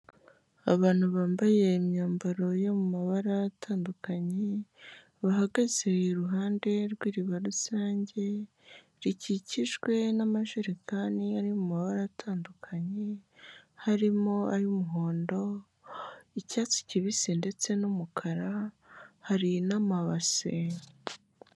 Abantu bambaye imyambaro yo mu mabara atandukanye, bahagaze iruhande rw'iriba rusange, rikikijwe n'amajerekani ari mu mabara atandukanye, harimo ay'umuhondo, icyatsi kibisi ndetse n'umukara, hari n'amabase.